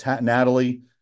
natalie